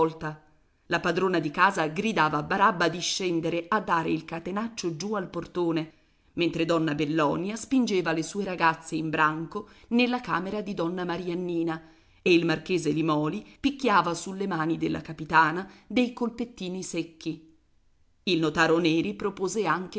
la padrona di casa gridava a barabba di scendere a dare il catenaccio giù al portone mentre donna bellonia spingeva le sue ragazze in branco nella camera di donna mariannina e il marchese limòli picchiava sulle mani della capitana dei colpettini secchi il notaro neri propose